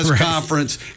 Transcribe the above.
conference